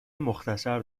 مختصر